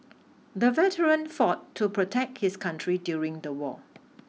the veteran fought to protect his country during the war